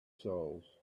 souls